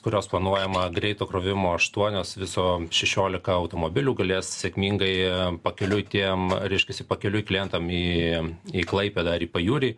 kurios planuojama greito krovimo aštuonios viso šešiolika automobilių galės sėkmingai pakeliui tiem reiškiasi pakeliui klientam į į klaipėdą ar į pajūrį